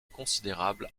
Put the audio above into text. considérable